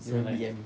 no D_M